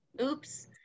oops